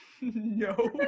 No